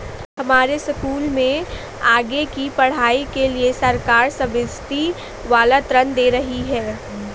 हमारे स्कूल में आगे की पढ़ाई के लिए सरकार सब्सिडी वाला ऋण दे रही है